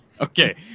okay